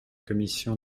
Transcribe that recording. commission